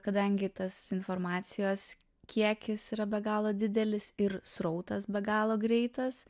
kadangi tas informacijos kiekis yra be galo didelis ir srautas be galo greitas